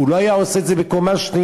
הוא לא היה עושה את זה בקומה שנייה,